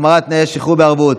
החמרת תנאי השחרור בערבות),